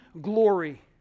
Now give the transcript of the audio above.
glory